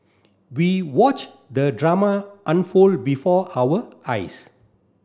we watch the drama unfold before our eyes